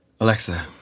Alexa